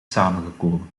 samengekomen